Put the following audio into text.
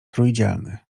trójdzielny